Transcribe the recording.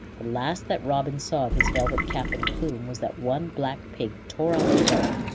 the last that robin saw of his velvet cap and plume was that one black pig tore out the feather,